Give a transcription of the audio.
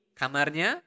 kamarnya